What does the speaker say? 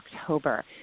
October